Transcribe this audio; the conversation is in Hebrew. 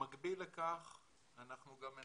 במקביל לכך אנחנו גם מנסים,